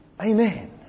Amen